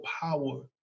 power